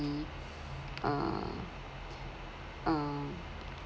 um um